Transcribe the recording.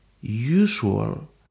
usual